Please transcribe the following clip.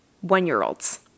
one-year-olds